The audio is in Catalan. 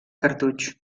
cartutx